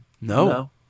No